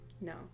No